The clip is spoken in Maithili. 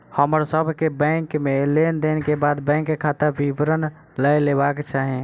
हमर सभ के बैंक में लेन देन के बाद बैंक खाता विवरण लय लेबाक चाही